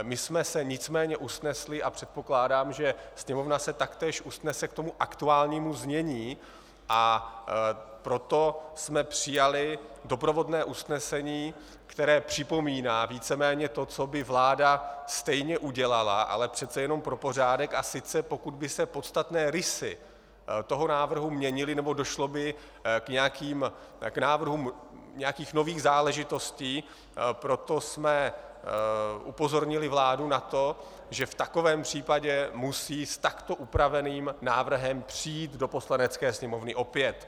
My jsme se nicméně usnesli, a předpokládám, že Sněmovna se taktéž usnese k tomu aktuálnímu znění, a proto jsme přijali doprovodné usnesení, které připomíná víceméně to, co by vláda stejně udělala, ale přece jen pro pořádek, a sice pokud by se podstatné rysy návrhu měnily nebo došlo by k návrhům nějakých nových záležitostí, proto jsme upozornili vládu na to, že v takovém případě musí s takto upraveným návrhem přijít do Poslanecké sněmovny opět.